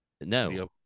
no